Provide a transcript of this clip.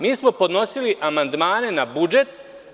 Mi smo podnosili amandmane na budžet.